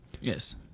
Yes